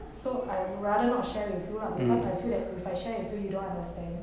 so I'd rather not share with you lah because I feel that if I share with you you don't understand